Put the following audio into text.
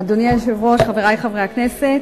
אדוני היושב-ראש, חברי חברי הכנסת,